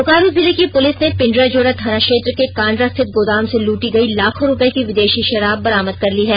बोकारो जिले की पुलिस ने पिंड्राजोरा थाना क्षेत्र के कांड्रा स्थित गोदाम से लूटी गई लाखों रुपए की विदेशी शराब बरामद कर ली है